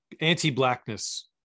anti-blackness